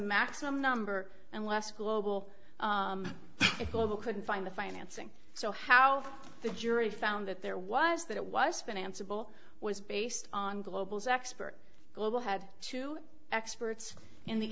maximum number and less global global couldn't find the financing so how the jury found that there was that it was been answerable was based on global's expert global had two experts in the